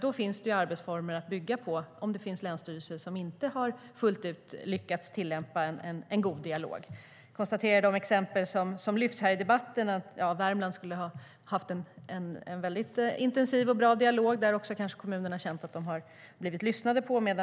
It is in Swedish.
Då finns det ju arbetsformer att bygga på om det finns länsstyrelser som inte fullt ut har lyckats tillämpa en god dialog. Jag konstaterar att Värmland lyfts fram här i debatten som ett exempel där man har haft en väldigt intensiv och bra dialog där också kommunerna har känt att de har blivit lyssnade på.